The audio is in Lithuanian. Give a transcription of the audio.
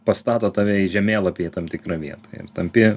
pastato tave į žemėlapyje tam tikrą vietą ir tampi